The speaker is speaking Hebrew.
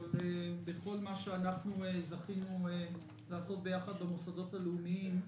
אבל בכל מה שאנחנו זכינו לעשות ביחד במוסדות הלאומיים,